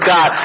God